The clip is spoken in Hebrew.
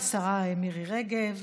והשרה מירי רגב